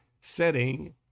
setting